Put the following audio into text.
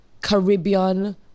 Caribbean